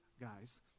guys